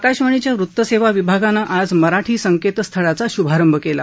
आकाशवाणीच्या वृत सेवा विभागानं आज मराठी संकेतस्थळाचा शभारंभ केला